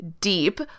deep